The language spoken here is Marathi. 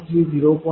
3 0